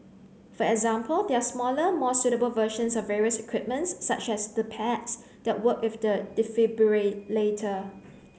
for example there are smaller more suitable versions of various equipment such as the pads that work with the defibrillator